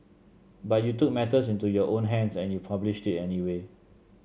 but you took matters into your own hands and you published it anyway